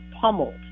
pummeled